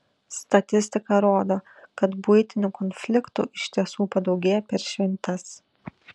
statistika rodo kad buitinių konfliktų iš tiesų padaugėja per šventes